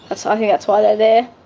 ah so i think that's why they are there.